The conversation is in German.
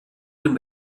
den